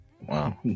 Wow